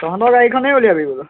তহঁতৰ গাড়ীখনে উলিয়াবি বোলো